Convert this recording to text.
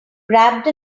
grabbed